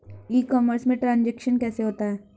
ई commerce में transaction कैसे होता है?